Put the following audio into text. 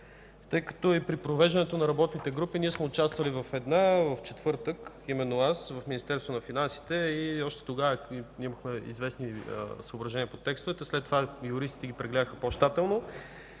тъй като при провеждането на работните групи ние сме участвали в една, именно аз, в четвъртък, в Министерството на финансите. Тогава изразих известни съображения по текстовете. След това юристите ги прегледаха по-щателно.